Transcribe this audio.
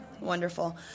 Wonderful